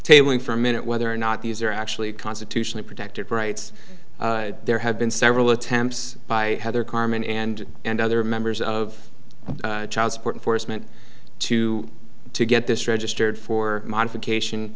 tailing for a minute whether or not these are actually constitutionally protected rights there have been several attempts by heather carmen and and other members of child support enforcement to to get this registered for modification